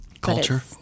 Culture